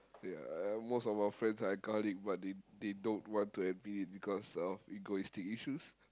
yeah most of my friends are alcoholic but they they don't want to admit it because of egoistic issues